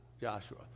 Joshua